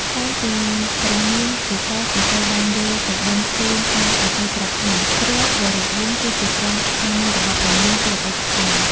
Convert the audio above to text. ថ្លែងពីព្រះនាងកេសកេសីបានយល់សុបិន្តឃើញតាឥសីប្រាប់ថា ព្រះវរវង្សគឺជាព្រះស្វាមីរបស់ព្រះនាងពីអតីតកាល។